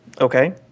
Okay